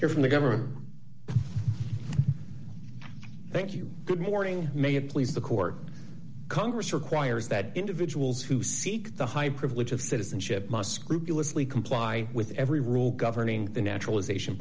you're from the government thank you good morning may it please the court congress requires that individuals who seek the high privilege of citizenship must scrupulously comply with every rule governing the naturalization